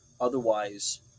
Otherwise